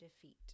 defeat